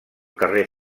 carrer